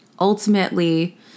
Ultimately